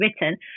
written